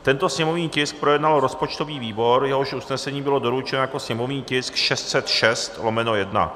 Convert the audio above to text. Tento sněmovní tisk projednal rozpočtový výbor, jehož usnesení bylo doručeno jako sněmovní tisk 606/1.